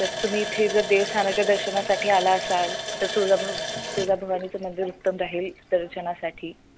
तर तुम्ही इथे जर देवस्थानाच्या दर्शनासाठी आला असाल तर तुळजा भवनी तुळजा भवानीचं मंदिर उत्तम राहील दर्शनासाठी